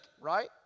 right